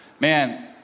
Man